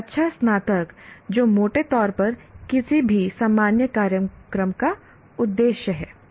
एक अच्छा स्नातक जो मोटे तौर पर किसी भी सामान्य कार्यक्रम का उद्देश्य है